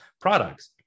products